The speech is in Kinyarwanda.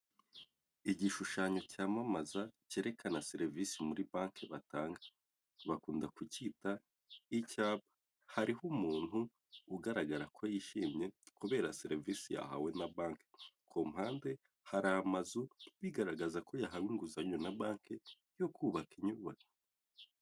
Igishushanyo cyamamaza cyerekana serivisi muri banki batanga, bakunda kucyita icyapa. Hariho umuntu ugaragara ko yishimye kubera serivisi yahawe na banki. Ku mpande hari amazu, bigaragaza ko yahawe inguzanyo na banki yo kubaka inyiyubako.